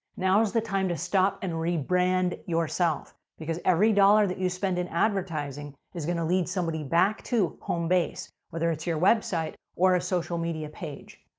now's the time to stop and rebrand yourself because every dollar that you spend in advertising is going to lead somebody back to home base, whether it's your website or a social media page.